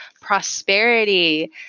prosperity